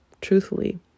truthfully